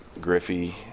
griffey